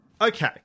Okay